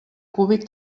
cúbic